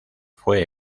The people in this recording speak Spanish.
fue